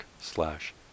slash